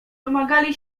domagali